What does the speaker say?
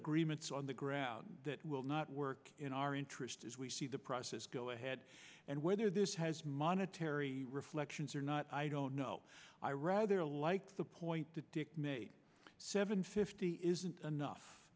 agreements on the ground that will not work in our interest as we see the process go ahead and whether this has monetary reflections or not i don't know i rather like the point that the seven fifty isn't enough